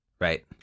Right